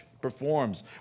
performs